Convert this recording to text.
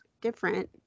different